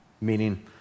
Meaning